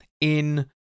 in-